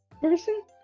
person